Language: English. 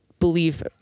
Believe